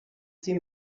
sie